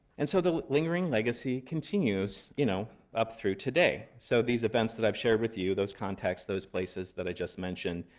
and so the lingering legacy continues you know up through today. so these events that i've shared with you, those contexts, those places that i just mentioned,